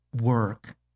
work